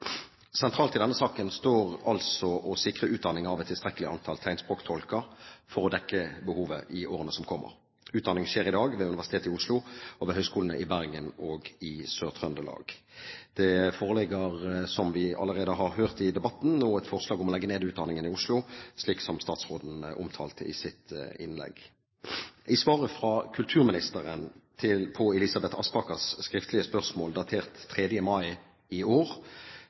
Sentralt i denne saken står altså å sikre utdanning av et tilstrekkelig antall tegnspråktolker for å dekke behovet i årene som kommer. Utdanningen skjer i dag ved Universitetet i Oslo og ved høyskolene i Bergen og Sør-Trøndelag. Det foreligger, som vi allerede har hørt i debatten, nå et forslag om å legge ned utdanningen i Oslo, slik statsråden omtalte i sitt innlegg. I svaret fra kulturministeren på Elisabeth Aspakers skriftlige spørsmål datert 3. mai i år